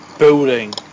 Building